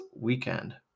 weekend